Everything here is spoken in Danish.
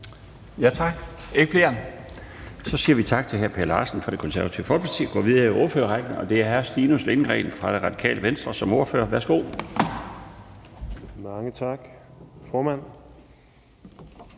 korte bemærkninger? Så siger vi tak til hr. Per Larsen fra Det Konservative Folkeparti og går videre i ordførerrækken, og det er hr. Stinus Lindgreen fra Radikale Venstre som ordfører. Værsgo. Kl. 14:27 (Ordfører)